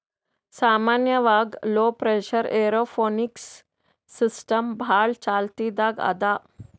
ಸಾಮಾನ್ಯವಾಗ್ low pressure aeroponics system ಭಾಳ್ ಚಾಲ್ತಿದಾಗ್ ಅದಾ